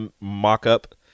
mock-up